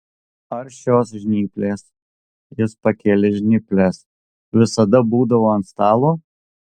ar šios žnyplės jis pakėlė žnyples visada būdavo ant stalo